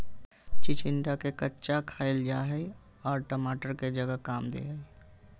चिचिंडा के कच्चा खाईल जा हई आर टमाटर के जगह काम दे हइ